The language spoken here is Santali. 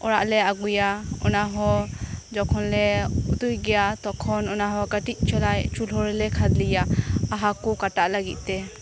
ᱚᱲᱟᱜ ᱞᱮ ᱟᱜᱩᱭᱟ ᱚᱱᱟ ᱦᱚᱸ ᱡᱚᱠᱷᱚᱱ ᱞᱮ ᱩᱛᱩᱭ ᱜᱮᱭᱟ ᱛᱚᱠᱷᱚᱱ ᱚᱱᱟ ᱦᱚᱸ ᱠᱟᱴᱤᱡ ᱪᱚᱞᱟᱝ ᱪᱩᱞᱦᱟᱹ ᱨᱮᱞᱮ ᱠᱷᱟᱫᱮᱭᱟ ᱟᱦᱟ ᱠᱚ ᱠᱟᱴᱟᱜ ᱞᱟᱹᱜᱤᱫ ᱛᱮ